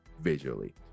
visually